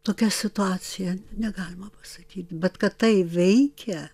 tokia situacija negalima pasakyt bet kad tai veikia